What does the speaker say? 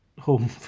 home